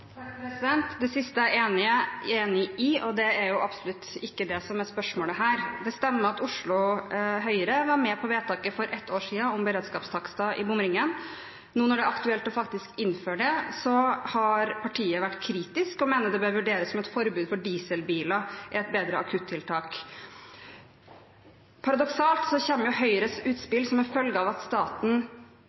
Det siste er jeg enig i, men det er absolutt ikke det som er spørsmålet her. Det stemmer at Oslo Høyre var med på vedtaket om beredskapstakster i bomringen for ett år siden. Nå, når det faktisk er aktuelt å innføre det, har partiet vært kritisk og mener det bør vurderes om et forbud mot dieselbiler er et bedre akuttiltak. Paradoksalt nok kommer Høyres utspill som en følge av at staten